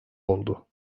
oldu